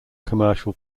commercial